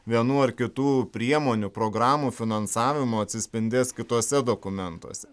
vienų ar kitų priemonių programų finansavimo atsispindės kituose dokumentuose